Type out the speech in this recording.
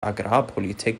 agrarpolitik